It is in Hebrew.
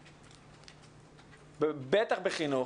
אבל בטח בחינוך,